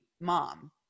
mom